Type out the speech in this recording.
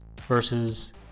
versus